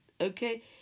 okay